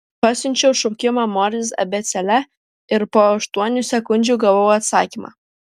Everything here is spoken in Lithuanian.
pasiunčiau šaukimą morzės abėcėle ir po aštuonių sekundžių gavau atsakymą